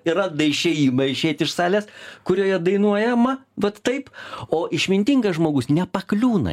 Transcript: ir randa išėjimą išeit iš salės kurioje dainuojama vat taip o išmintingas žmogus nepakliūna į tą salę tiesiog